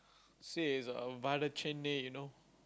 she's a you know